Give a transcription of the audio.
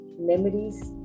memories